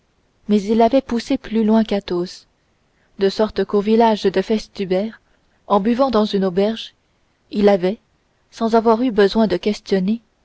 mais il avait poussé plus loin qu'athos de sorte qu'au village de festubert en buvant dans une auberge il avait sans avoir eu besoin de questionner